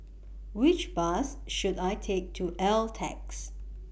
Which Bus should I Take to